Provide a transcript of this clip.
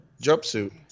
jumpsuit